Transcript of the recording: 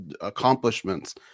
accomplishments